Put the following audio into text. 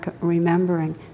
remembering